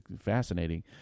fascinating